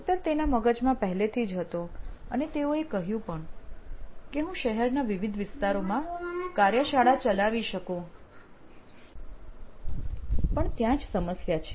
ઉત્તર તેમના મગજમાં પહેલેથી જ હતો અને તેઓએ કહ્યું પણ કે હું શહેરના વિવિધ વિસ્તારોમાં કાર્યશાળા ચલાવી શકું પણ ત્યાં જ સમસ્યા છે